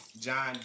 John